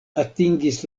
atingis